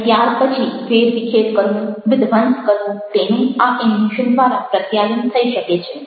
અને ત્યાર પછી વેરવિખેર કરવું વિધ્વંસ કરવો તેનું આ એનિમેશન દ્વારા પ્રત્યાયન થઈ શકે છે